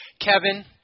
Kevin